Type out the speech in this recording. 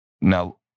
Now